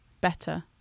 better